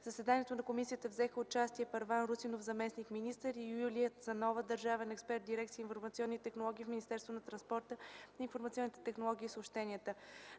В заседанието на Комисията взеха участие Първан Русинов – заместник-министър, и Юлия Цанова – държавен експерт в Дирекция „Информационни технологии” в Министерството на транспорта, информационните технологии и съобщенията.